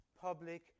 public